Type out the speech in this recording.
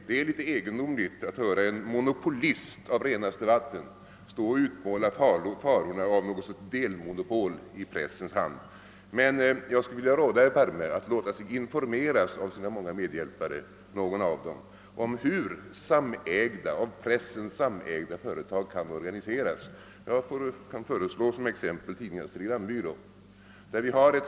Det är litet egendomligt att höra en monopolist av renaste vatten uttala farhågor för något slags delmonopol i pressens hand. Men jag skulle vilja råda herr Palme att låta sig informeras av någon av sina många medarbetare om hur av pressen samägda företag kan organiseras. Jag kan föreslå Tidningarnas Telegrambyrå AB som lämpligt studieobjekt.